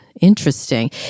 Interesting